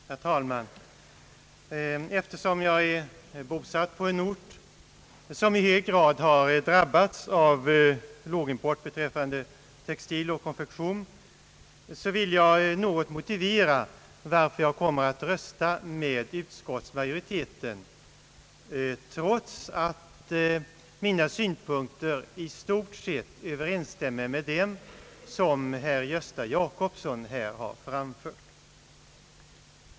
Herr talman! Eftersom jag är bosatt på en ort, som i hög grad har drabbats av lågprisimport av textilvaror och konfektion, vill jag något motivera varför jag kommer att rösta med utskottsmajoriteten, trots att mina synpunkter i stort sett överensstämmer med dem som herr Gösta Jacobsson här har framfört.